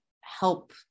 help